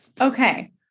Okay